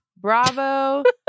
Bravo